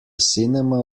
cinema